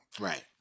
Right